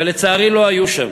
ולצערי לא היו שם.